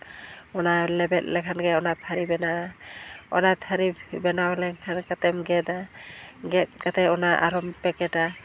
ᱚᱱᱟ ᱞᱮᱵᱮᱫ ᱞᱮᱠᱷᱟᱱ ᱜᱮ ᱚᱱᱟ ᱛᱷᱟᱨᱤ ᱵᱮᱱᱟᱜᱼᱟ ᱚᱱᱟ ᱛᱷᱟᱨᱤ ᱵᱮᱱᱟᱣ ᱞᱮᱱᱠᱷᱟᱱ ᱩᱰᱩᱠ ᱠᱟᱛᱮᱢ ᱜᱮᱫᱟ ᱜᱮᱫ ᱠᱟᱛᱮ ᱚᱱᱟ ᱟᱨᱦᱚᱸᱢ ᱯᱮᱠᱮᱴᱟ